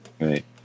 right